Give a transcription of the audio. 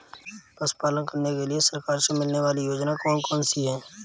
पशु पालन करने के लिए सरकार से मिलने वाली योजनाएँ कौन कौन सी हैं?